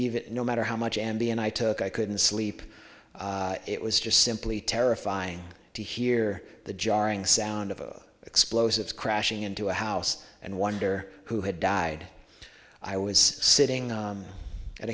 even no matter how much ambien i took i couldn't sleep it was just simply terrifying to hear the jarring sound of explosives crashing into a house and wonder who had died i was sitting